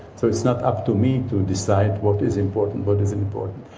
so it's not up to me to decide what is important, what is important.